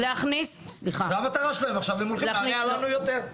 זה המטרה שלהם עכשיו, להרע לנו יותר.